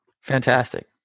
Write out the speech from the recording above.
Fantastic